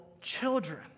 children